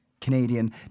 Canadian